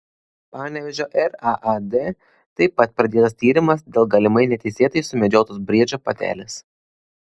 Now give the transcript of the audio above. panevėžio raad taip pat pradėtas tyrimas dėl galimai neteisėtai sumedžiotos briedžio patelės